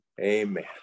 Amen